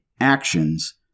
actions